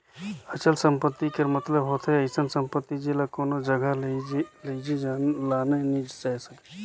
अचल संपत्ति कर मतलब होथे अइसन सम्पति जेला कोनो जगहा लेइजे लाने नी जाए सके